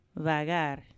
Vagar